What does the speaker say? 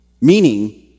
meaning